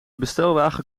bestelwagen